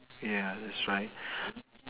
ya that's right